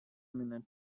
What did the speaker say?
minute